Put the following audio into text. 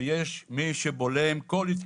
ויש מי שבולם כל התקדמות.